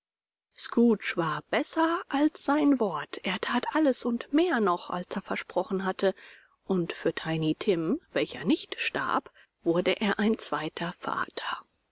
scrooge war besser als sein wort er that alles und mehr noch als er versprochen hatte und für tiny tim welcher nicht starb wurde er ein zweiter vater